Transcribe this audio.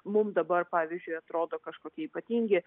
mum dabar pavyzdžiui atrodo kažkokie ypatingi